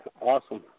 Awesome